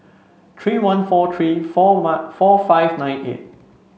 three one four three four one four five nine eight